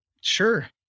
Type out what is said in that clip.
sure